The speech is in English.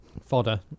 Fodder